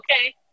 Okay